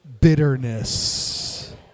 Bitterness